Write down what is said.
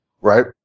Right